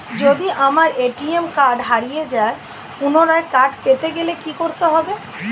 যদি আমার ATM card হারিয়ে যায় পুনরায় কার্ড পেতে গেলে কি করতে হবে?